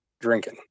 drinking